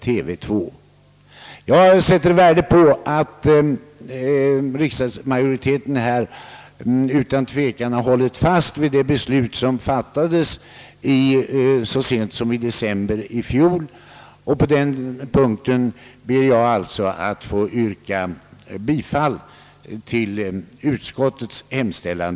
Jag sätter värde på att riksdagsmajoriteten utan tvekan hållit fast vid det beslut som fattades så sent som i december i fjol, och på denna punkt ber jag att få yrka bifall till utskottets hemställan.